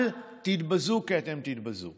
אל תתבזו, כי אתם תתבזו.